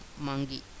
monkey